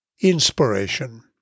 Inspiration